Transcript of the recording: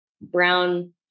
brown